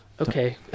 okay